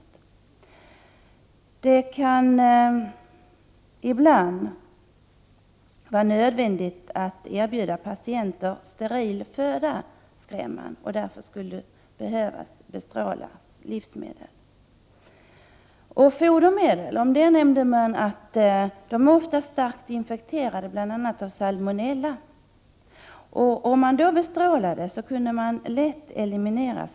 Enligt detta informationsmaterial kan det ibland vara nödvändigt att erbjuda patienter steril föda och att man därför skulle behöva bestråla livsmedel. Det sades även att fodermedel ofta är starkt infekterade, bl.a. av salmonella. Genom bestrålning kan salmonella lätt elimineras.